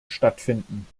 stattfinden